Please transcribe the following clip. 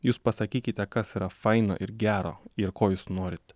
jūs pasakykite kas yra faino ir gero ir ko jūs norit